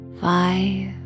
five